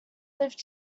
lived